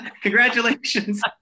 congratulations